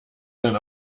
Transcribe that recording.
sein